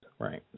Right